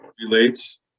relates